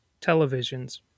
televisions